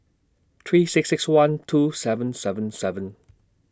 three six six one two seven seven seven